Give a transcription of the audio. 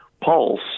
pulse